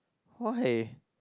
why